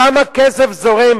כמה כסף זורם